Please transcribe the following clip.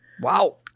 Wow